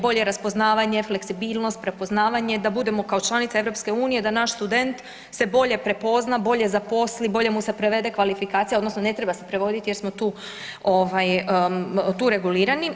Bolje raspoznavanje, fleksibilnost, prepoznavanje da budemo kao članica EU da naš student se bolje prepozna, bolje zaposli, bolje mu se prevede kvalifikacija odnosno ne treba se prevoditi jer smo tu ovaj tu regulirani.